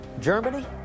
Germany